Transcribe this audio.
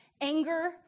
Anger